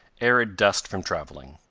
arid dust from traveling.